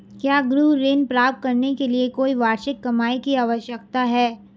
क्या गृह ऋण प्राप्त करने के लिए कोई वार्षिक कमाई की आवश्यकता है?